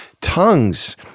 tongues